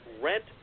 rent